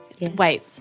Wait